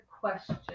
question